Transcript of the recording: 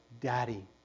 Daddy